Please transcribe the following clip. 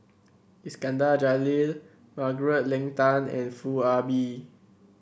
Iskandar Jalil Margaret Leng Tan and Foo Ah Bee